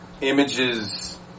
Images